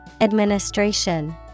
Administration